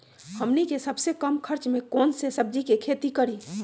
हमनी के सबसे कम खर्च में कौन से सब्जी के खेती करी?